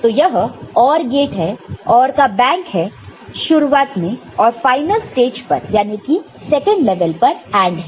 तो यह OR gate है OR का बैंक है शुरुआत में और फाइनल स्टेज पर यानी कि सेकंड लेवल पर AND है